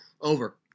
Over